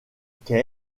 dans